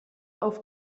auf